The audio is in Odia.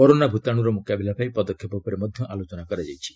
କରୋନା ଭୂତାଣୁର ମୁକାବିଲା ପାଇଁ ପଦକ୍ଷେପ ଉପରେ ମଧ୍ୟ ଆଲୋଚନା କରାଯାଇଛି